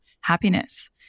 happiness